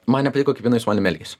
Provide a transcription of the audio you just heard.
man nepatiko kaip jinai su manim elgės